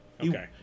okay